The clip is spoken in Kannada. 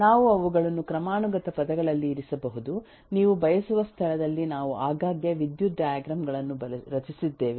ನಾವು ಅವುಗಳನ್ನು ಕ್ರಮಾನುಗತ ಪದಗಳಲ್ಲಿ ಇರಿಸಬಹುದು ನೀವು ಬಯಸುವ ಸ್ಥಳದಲ್ಲಿ ನಾವು ಆಗಾಗ್ಗೆ ವಿದ್ಯುತ್ ಡೈಗ್ರಾಮ್ ಗಳನ್ನು ರಚಿಸಿದ್ದೇವೆ